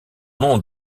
nom